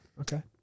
Okay